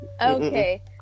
Okay